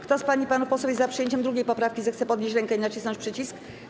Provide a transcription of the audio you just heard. Kto z pań i panów posłów jest za przyjęciem 2. poprawki, zechce podnieść rękę i nacisnąć przycisk.